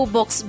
Box